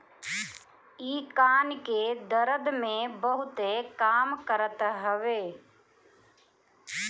इ कान के दरद में बहुते काम करत हवे